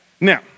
Now